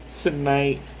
tonight